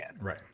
right